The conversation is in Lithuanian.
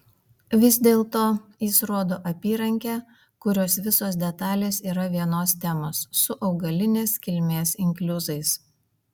vis dėlto jis rodo apyrankę kurios visos detalės yra vienos temos su augalinės kilmės inkliuzais